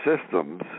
systems